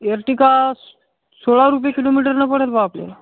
एरटीका सोळा रुपये किलोमीटरनं पडेल बा आपल्याला